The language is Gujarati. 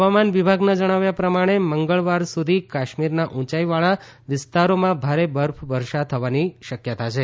હવામાન વિભાગના જણાવ્યા પ્રમાણે મંગળવાર સુધી કાશ્મીરના ઉંચાઇવાળા વિસ્તારોમાં ભારે બરફવર્ષા થવાની શક્યતા છે